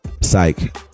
Psych